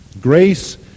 Grace